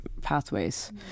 pathways